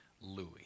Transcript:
Louis